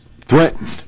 threatened